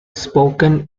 spoken